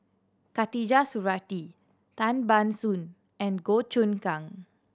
Khatijah Surattee Tan Ban Soon and Goh Choon Kang